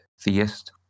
theist